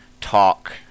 Talk